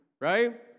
right